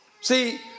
See